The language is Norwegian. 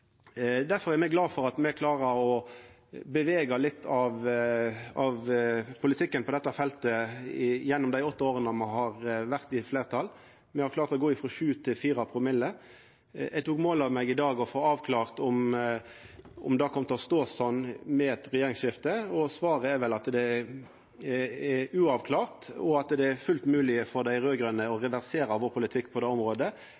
Derfor er me glade for at me har klart å bevega litt av politikken på dette feltet gjennom dei åtte åra me har vore med i eit fleirtal. Me har klart å gå frå 7 promille til 4 promille. Eg tok mål av meg i dag til å få avklart om det kom til å stå sånn etter eit regjeringsskifte. Svaret er vel at det er uavklart, og at det er fullt mogleg for dei raud-grøne å reversera politikken på det området